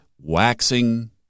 waxing